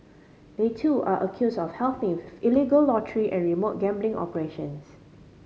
they too are accuse of helping with illegal lottery and remote gambling operations